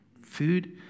food